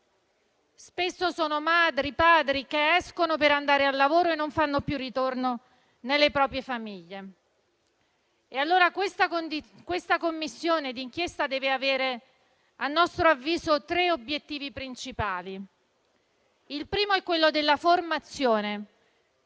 spesso sono madri o padri che escono per andare al lavoro e non fanno più ritorno nelle proprie famiglie. Questa Commissione di inchiesta deve avere - a nostro avviso - tre obiettivi principali. Il primo è quello della formazione: